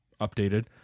updated